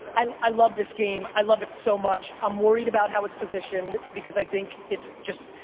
i love this game, i love it so much. i'm worried about how it's positioned, because i think it's just,